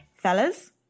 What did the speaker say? Fellas